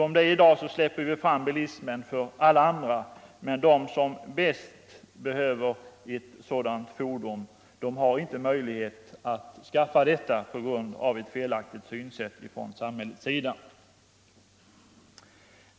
I dag släpper vi fram bilismen för alla andra, men de som bäst behöver detta fordon har inte möjlighet att skaffa det på grund av ett felaktigt synsätt från samhällets sida.